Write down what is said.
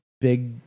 big